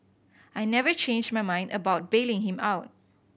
I never changed my mind about bailing him out